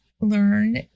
learn